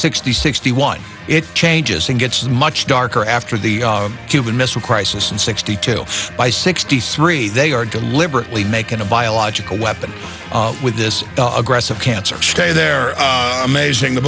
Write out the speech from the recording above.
sixty sixty one it changes and gets much darker after the cuban missile crisis and sixty two by sixty three they are deliberately making a biological weapon with this aggressive cancer stay there are amazing the